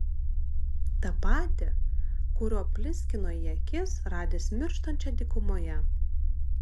tą patį kuriuo pliskino į akis radęs mirštančią dykumoje